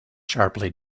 sharply